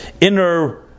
inner